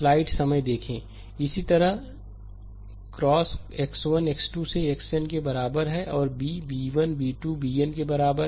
slide समय देखें 0219 इसी तरह X x 1 x 2 से xn के बराबर है और B b 1 b 2 bn के बराबर है